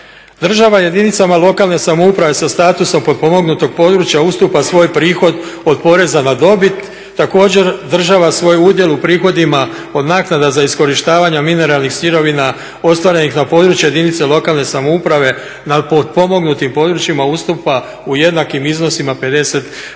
Država jedinicama lokalne samouprave sa statusom potpomognutog područja ustupa svoj prihod od poreza na dobit. Također država svoj udjel u prihodima od naknada za iskorištavanje mineralnih sirovina ostvarenih na području jedinica lokalne samouprave, na potpomognutim područjima ustupa u jednakim iznosima 50%